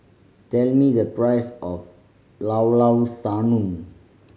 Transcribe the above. tell me the price of Llao Llao Sanum